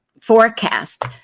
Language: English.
forecast